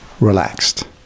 relaxed